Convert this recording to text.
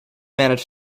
managed